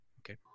Okay